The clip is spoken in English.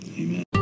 Amen